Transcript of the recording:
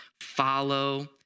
follow